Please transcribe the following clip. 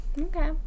Okay